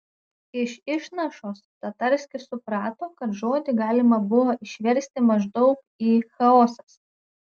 iš išnašos tatarskis suprato kad žodį galima buvo išversti maždaug į chaosas